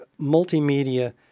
multimedia